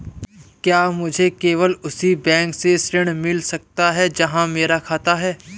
क्या मुझे केवल उसी बैंक से ऋण मिल सकता है जहां मेरा खाता है?